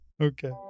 Okay